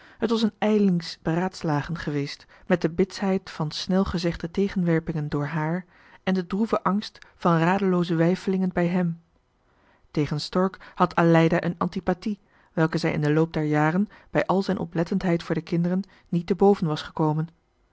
het was een ijlings beraadslagen geweest met de bitsheid van snelgezegde tegenwerpingen door haar en den droeven angst van radelooze weifelingen bij hem tegen stork had aleida een antipathie in den loop der jaren bij zijn oplettendheid voor de kinderen niet te boven gekomen